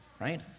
Right